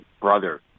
brother